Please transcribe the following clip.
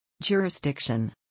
Jurisdiction